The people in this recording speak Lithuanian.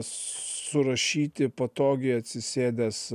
surašyti patogiai atsisėdęs